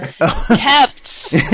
kept